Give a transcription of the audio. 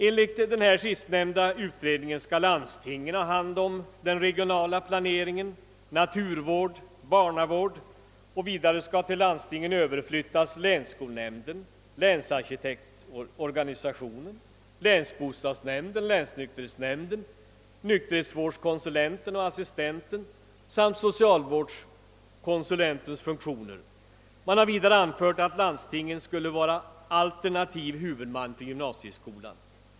Enligt utredningen skall landstingen ta hand om den regionala planeringen, naturvård och barnavård, och vidare skall till landstingen överflyttas länsskolnämnden, <:länsarkitektorganisationen, länsbostadsnämnden samt länsnykterhetsnämnden liksom nykterhetsvårdskonsulentens, nykterhetsvårdsassistentens och socialvårdskonsulentens funktioner. Man har vidare anfört att landstinget skulle kunna vara alternativ huvudman för gymnasieskolan.